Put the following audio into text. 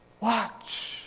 Watch